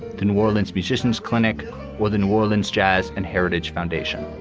the new orleans musicians clinic or the new orleans jazz and heritage foundation.